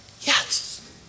Yes